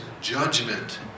judgment